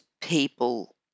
people